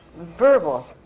verbal